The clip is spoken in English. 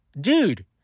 dude